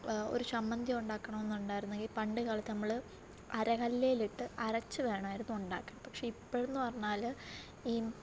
ഒരു ചമ്മന്തി ഉണ്ടാക്കണമെന്നുണ്ടായിരുന്നെങ്കിൽ പണ്ട് കാലത്ത് നമ്മൾ അരകല്ലേലിട്ട് അരച്ച് വേണമായിരുന്നു ഉണ്ടാക്കാൻ പക്ഷേ ഇപ്പോഴെന്ന് പറഞ്ഞാൽ ഈ